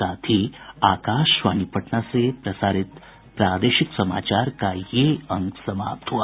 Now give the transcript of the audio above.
इसके साथ ही आकाशवाणी पटना से प्रसारित प्रादेशिक समाचार का ये अंक समाप्त हुआ